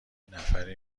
نفری